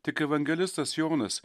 tik evangelistas jonas